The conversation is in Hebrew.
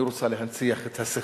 היא רוצה להנציח את הסכסוך,